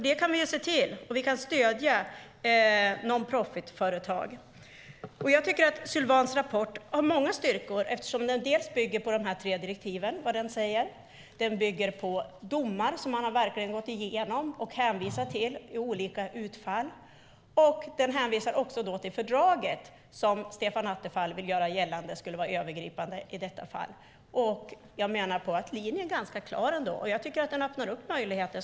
Det kan vi se till genom att stödja non-profit-företag. Jag tycker att Sylwans rapport har många styrkor eftersom den bland annat bygger på vad de tre direktiven säger. Den bygger på domar som han verkligen gått igenom, och han hänvisar till olika utfall. Dessutom hänvisar rapporten till fördraget som Stefan Attefall vill göra gällande är övergripande i detta fall. Jag menar att linjen är ganska tydlig, och den öppnar upp möjligheter.